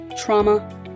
trauma